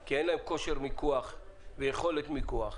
כי אין להם כושר מיקוח ויכולת מיקוח,